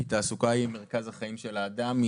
כי תעסוקה היא מרכז החיים של האדם.